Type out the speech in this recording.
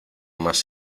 más